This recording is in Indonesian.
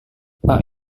pak